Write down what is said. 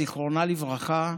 זיכרונה לברכה,